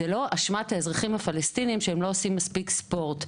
זו לא אשמת האזרחים הפלסטיניים שהם לא עושים מספיק ספורט,